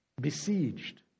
besieged